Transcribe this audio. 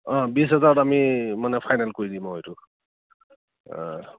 অঁ বিশ হেজাৰত আমি মানে ফাইনেল কৰি দিম আৰু এইটো